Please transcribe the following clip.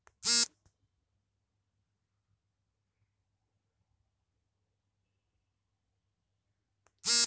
broccoli ತರಕಾರಿಯು cruciferous ಕೋಸುಗಡ್ಡೆಯ ಜಾತಿಗೆ ಸೇರಿದೆ